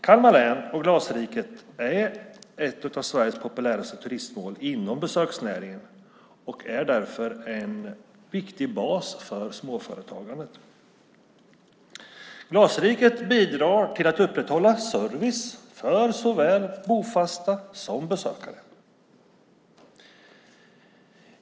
Kalmar län och Glasriket är ett av Sveriges populäraste turistmål inom besöksnäringen och är därför en viktig bas för småföretagandet. Glasriket bidrar till att upprätthålla service för såväl bofasta som besökare.